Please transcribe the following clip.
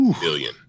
billion